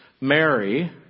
Mary